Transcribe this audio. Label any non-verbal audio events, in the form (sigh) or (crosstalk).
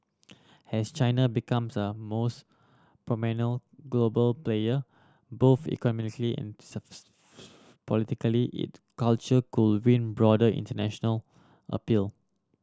has China becomes a most (unintelligible) global player both economically and (unintelligible) politically it culture could win broader international appeal